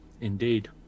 indeed